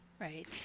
right